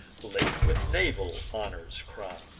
late with naval honors crown'd.